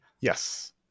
Yes